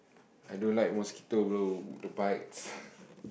I don't like mosquito bro to bite